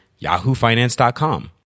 yahoofinance.com